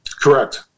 Correct